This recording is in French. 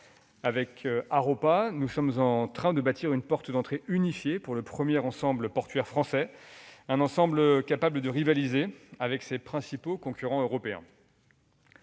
Avec Haropa, nous sommes en train de bâtir une porte d'entrée unifiée pour le premier ensemble portuaire français, un ensemble capable de rivaliser avec ses principaux concurrents européens.